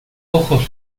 ojos